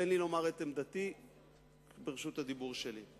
תן לי לומר את עמדתי ברשות הדיבור שלי.